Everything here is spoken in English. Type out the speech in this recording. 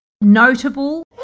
notable